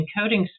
encoding